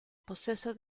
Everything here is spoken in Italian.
possesso